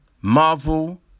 Marvel